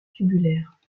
tubulaires